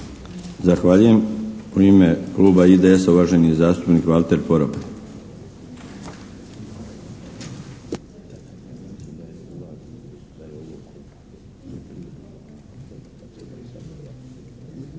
Zahvaljujem. U ime Kluba IDS-a uvaženi zastupnik Valter Poropat.